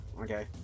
Okay